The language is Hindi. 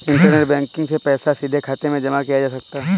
इंटरनेट बैंकिग से पैसा सीधे खाते में जमा किया जा सकता है